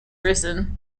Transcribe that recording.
risen